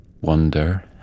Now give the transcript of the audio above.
Wonder